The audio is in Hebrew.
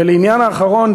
ולעניין האחרון,